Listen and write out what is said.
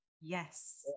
Yes